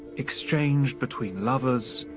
exchanged between lovers,